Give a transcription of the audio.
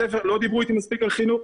לא דיברו איתי מספיק על חינוך,